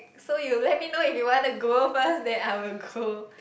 so you let me know if you want to go first then I will go